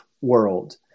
world